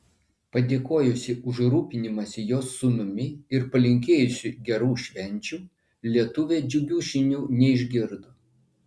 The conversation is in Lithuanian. padėkojusi už rūpinimąsi jos sūnumi ir palinkėjusi gerų švenčių lietuvė džiugių žinių neišgirdo